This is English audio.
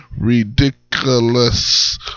Ridiculous